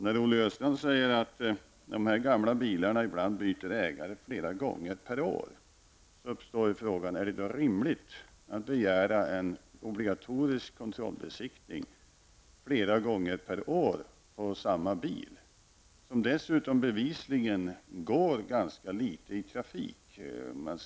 När Olle Östrand säger att de här gamla bilarna ibland byter ägare flera gånger per år, så uppstår frågan: Är det då rimligt att begära en obligatorisk kontrollbesiktning flera gånger per år på samma bil, som dessutom bevisligen går ganska litet i trafik?